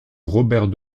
robert